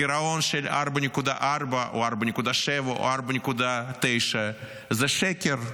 הגירעון של 4.4 או 4.7 או 4.9 זה שקר.